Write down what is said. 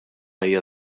hija